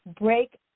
break